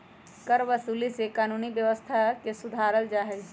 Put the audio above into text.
करवसूली से कानूनी व्यवस्था के सुधारल जाहई